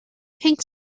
pink